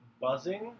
buzzing